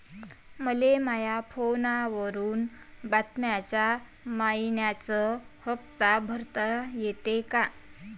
मले माया फोनवरून बिम्याचा मइन्याचा हप्ता भरता येते का?